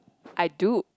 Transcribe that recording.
I do